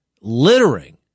littering